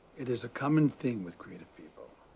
it is a common theme with creative people.